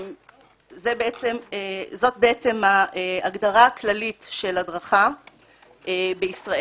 זו ההגדרה הכללית של הדרכה בישראל.